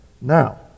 Now